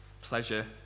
pleasure